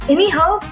Anyhow